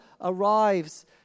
arrives